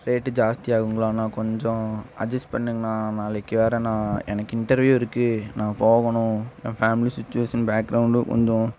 rate ஜாஸ்தி ஆகுங்களாண்ணா கொஞ்சம் அட்ஜஸ் பண்ணுங்கண்ணா நாளைக்கு வேறே நான் எனக்கு இன்டர்வ்யூ இருக்குது நான் போகணும் என் ஃபேமிலி சுச்சிவேஷன் பேக்ரௌண்டு கொஞ்சம்